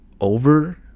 over